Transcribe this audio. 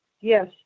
Yes